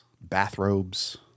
bathrobes